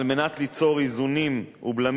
על מנת ליצור איזונים ובלמים,